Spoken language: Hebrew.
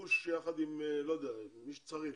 בגיבוש יחד עם לא יודע, עם מי שצריך